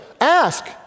Ask